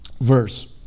verse